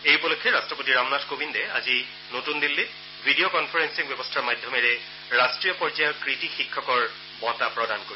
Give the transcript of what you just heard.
এই উপলক্ষে ৰট্টপতি ৰামনাথ কোবিন্দে আজি নতুন দিল্লীত ভিডিঅ' কনফাৰেপিং ব্যৱস্থাৰ মাধ্যমেৰে ৰাট্টীয় পৰ্যায়ৰ কৃতী শিক্ষকৰ বঁটা প্ৰদান কৰিব